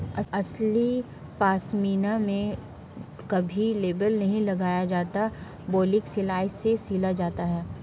असली पश्मीना में कभी लेबल नहीं लगाया जाता बल्कि सिलाई से सिला जाता है